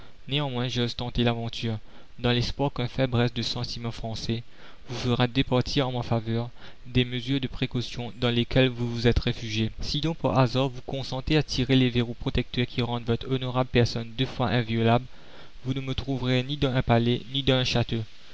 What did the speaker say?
néanmoins j'ose tenter l'aventure dans l'espoir qu'un faible reste de sentiments français vous fera la commune départir en ma faveur des mesures de précautions dans lesquelles vous vous êtes réfugié si donc par hasard vous consentez à tirer les verrous protecteurs qui rendent votre honorable personne deux fois inviolable vous ne me trouverez ni dans un palais ni dans un château